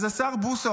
השר בוסו,